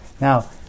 Now